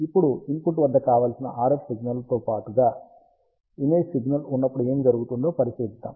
ఇప్పుడు ఇన్పుట్ వద్ద కావలసిన RF సిగ్నల్తో పాటు ఇమేజ్ సిగ్నల్ ఉన్నప్పుడు ఏమి జరుగుతుందో పరిశీలిద్దాం